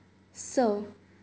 स